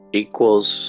equals